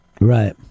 Right